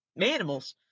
Manimals